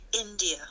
india